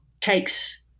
takes